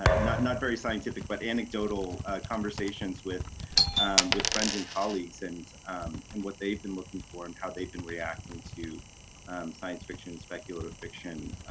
ah not not very scientific but anecdotal conversations with with friends and colleagues and and what they've been looking for and how they've been reacting to science fiction and speculative fiction